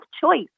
choice